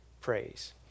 praise